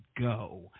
go